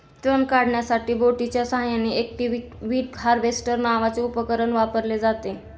तण काढण्यासाठी बोटीच्या साहाय्याने एक्वाटिक वीड हार्वेस्टर नावाचे उपकरण वापरले जाते